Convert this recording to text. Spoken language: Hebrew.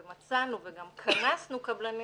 מצאנו וגם קנסנו קבלנים